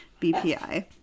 BPI